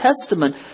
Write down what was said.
Testament